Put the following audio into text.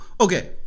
okay